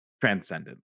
transcendent